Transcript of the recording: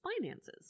finances